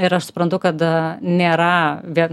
ir aš suprantu kada nėra vien